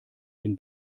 den